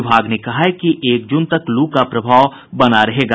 विभाग ने कहा है कि एक जून तक लू का प्रभाव बना रहेगा